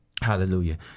Hallelujah